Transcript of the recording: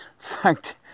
fact